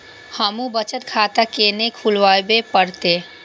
हमू बचत खाता केना खुलाबे परतें?